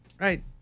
right